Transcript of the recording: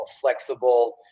flexible